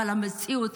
אבל המציאות,